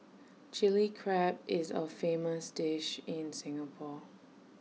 Chilli Crab is A famous dish in Singapore